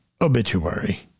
obituary